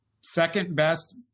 second-best